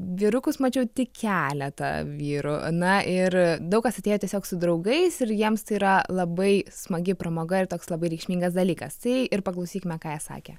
vyrukus mačiau tik keletą vyrų na ir daug kas atėjo tiesiog su draugais ir jiems tai yra labai smagi pramoga ir toks labai reikšmingas dalykas tai ir paklausykime ką sakė